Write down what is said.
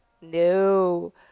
No